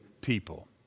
people